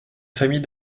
famille